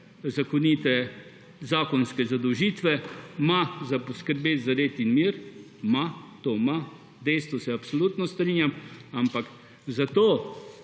zakonite zakonske zadolžitve, ima za poskrbeti za red in mir, ima, to ima, dejstvo se absolutno strijam, ampak zato,